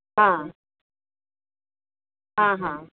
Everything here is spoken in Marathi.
हां हां हां